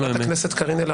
תסביר.